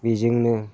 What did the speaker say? बेजोंनो